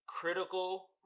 Critical